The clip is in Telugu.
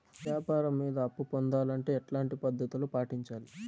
వ్యాపారం మీద అప్పు పొందాలంటే ఎట్లాంటి పద్ధతులు పాటించాలి?